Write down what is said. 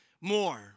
more